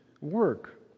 work